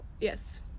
yes